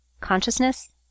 consciousness